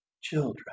children